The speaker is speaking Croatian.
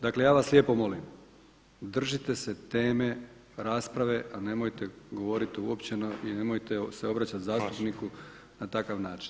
Dakle, ja vas lijepo molim držite se teme rasprave a nemojte govoriti uopćeno i nemojte se obraćati zastupniku na takav način.